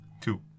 Two